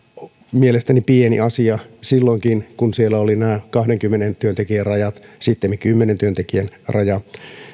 mielestäni pieni asia silloinkin kun siellä oli nämä kahdenkymmenen työntekijän rajat sittemmin kymmenen työntekijän raja